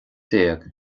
déag